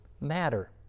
matter